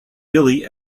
billy